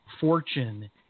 fortune